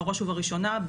בראש ובראשונה,